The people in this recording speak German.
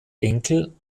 enkel